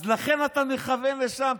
אז לכן אתה מכוון לשם.